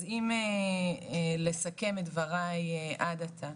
אז אם לסכם את דבריי עד עתה,